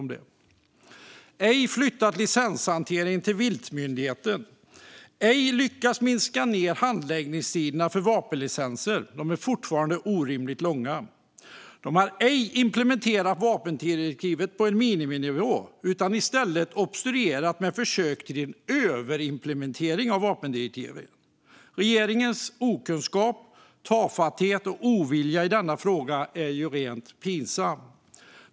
Man har inte flyttat licenshanteringen till viltmyndigheten. Man har inte lyckats minska handläggningstiderna för vapenlicenser. De är fortfarande orimligt långa. Man har inte implementerat vapendirektivet på en miniminivå utan i stället obstruerat med försök till överimplementering. Regeringens okunskap, tafatthet och ovilja i denna fråga är rent pinsam.